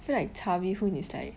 feel like char bee hoon is like